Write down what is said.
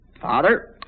Father